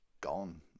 gone